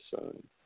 son